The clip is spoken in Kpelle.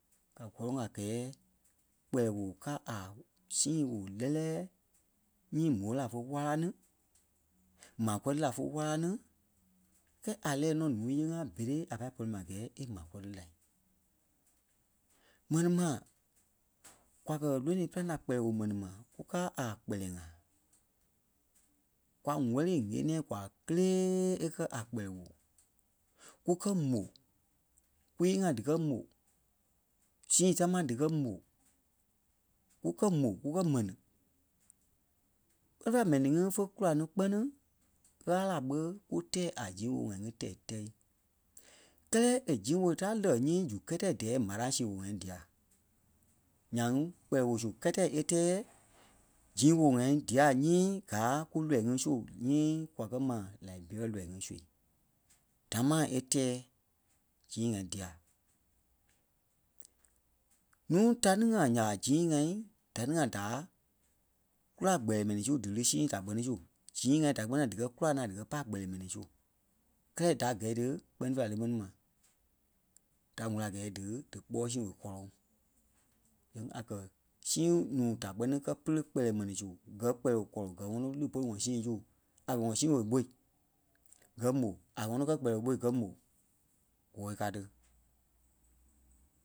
Ká gɔ́lɔŋ a gɛɛ kpɛlɛɛ woo káa a sîi woo lɛ́lɛɛ nyii mó la fé wala ní, maa kɔ́ri laa fé wala ní kɛɛ a lɛ́ɛ nɔ ǹúui ǹyee-ŋa berei a pâi pɔri ma a gɛɛ maa kɔ̀ri la. Mɛni ma kwa kɛ́ lónoi é pîlaŋ la kpɛlɛɛ woo mɛni ma kúkaa a kpɛlɛɛ-ŋa. Kwa wɛ̀li ɣeniɛi gwaa kélee é kɛ̀ a kpɛlɛɛ woo kukɛ mò, kwii-ŋai díkɛ mò, sii támaa díkɛ mò, kukɛ mò kukɛ mɛni kpɛli ta m̀ɛnii ŋí fe kula ní kpɛ́ni Ɣâla ɓé kú tɛɛ a zii-woo-ŋai ŋí tɛi-tɛ́i. Kɛ́lɛ è zii-woo da lɛ́ nyii zu kɛ́tɛi dɛɛ m̀araŋ sii woo ŋa ŋí dia. Nyaŋ kpɛlɛɛ woo su kɛ́tɛ é tɛɛ zii-woo-ŋai dia nyii gáa kú lɔ́ii ŋí su nyii kwa kɛ́ ma Liberia lɔii ŋí su damaa e tɛɛ zii ŋai dia. Núu ta ní ŋa nya ɓa zii-ŋai da ni ŋa daa kùla kpɛlɛɛ mɛni su dí lí sii da kpɛ́ni su, zii-ŋai da kpɛ́ni-ŋa díkɛ kula naa díkɛ pá kpɛlɛɛ mɛni su kɛ́lɛ da gɛ̂i tí kpɛ́ni fêi la le mɛni ma da wɛ̀li a gɛɛ dí díkpɔɔi sii woo kɔ́lɔŋ nyiŋi a kɛ̀ sii núu da kpɛni kɛ́ pɛ́lɛ kpɛlɛɛ mɛni su gɛ̀ kpɛlɛɛ woo kɔlɔŋ gɛ ŋɔnɔ li pôlu ŋɔ sii su a kɛ́ ŋɔ sii woo ɓôi gɛ mò a gɛ ŋɔnɔ gɛ kpɛlɛɛ woo ɓôi gɛ mò gɔɔ ka tí.